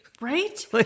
Right